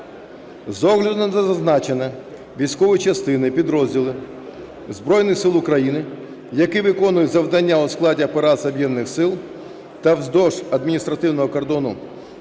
З огляду на зазначене, військові частини, підрозділи Збройних Сил України, які виконують завдання у складі операції Об'єднаних сил та вздовж адміністративного кордону